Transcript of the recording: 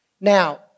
Now